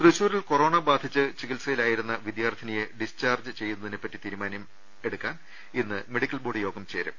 തൃശൂരിൽ കൊറോണ ബാധിച്ച് ചികിത്സയിലായിരുന്ന വിദ്യാർത്ഥിനിയെ ഡിസ്ചാർജ് ചെയ്യുന്നതിനെ പറ്റി ്തീരുമാനമെടു ക്കാൻ ഇന്ന് മെഡിക്കൽ ബോർഡ് യോഗം ചേരും